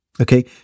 okay